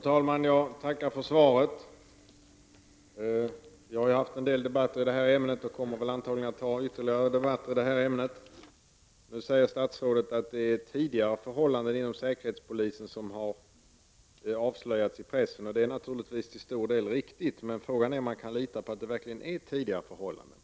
Fru talman! Jag tackar för svaret. Vi har haft en del debatter i detta ämne och kommer väl antagligen att ha ytterligare debatter i detta ämne. Nu säger statsrådet att det är tidigare förhållanden inom säkerhetspolisen som har avslöjats i pressen. Och det är naturligtvis till stor del riktigt. Men frågan är om man kan lita på att det verkligen är tidigare förhållanden.